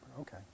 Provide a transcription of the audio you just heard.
Okay